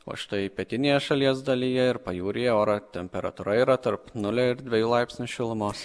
o štai pietinėje šalies dalyje ir pajūryje oro temperatūra yra tarp nulio ir dviejų laipsnių šilumos